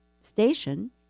station